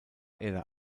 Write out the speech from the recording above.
der